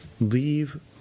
Leave